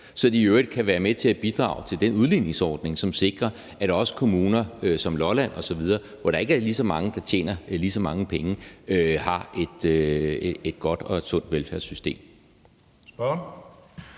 være med til at bidrage til den udligningsordning, som sikrer, at også kommuner som Lolland osv., hvor der ikke er lige så mange, der tjener lige så mange penge, har et godt og sundt velfærdssystem.